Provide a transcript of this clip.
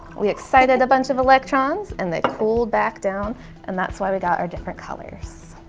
we excited a bunch of electrons and they cooled back down and that's why we got our different colors.